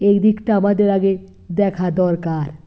এই দিকটা আমাদের আগে দেখা দরকার